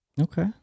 Okay